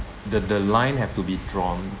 the the line have to be drawn